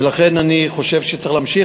ולכן אני חושב שצריך להמשיך.